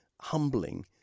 humbling